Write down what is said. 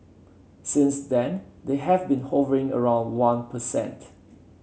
since then they have been hovering around one percent